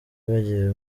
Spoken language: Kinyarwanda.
bagiye